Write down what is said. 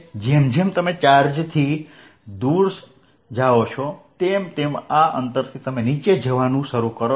જેમ જેમ તમે ચાર્જની સ્થિતિથી દૂર જાઓ છો તેમ તેમ આ અંતરથી તમે નીચે જવાનું શરૂ કરો છો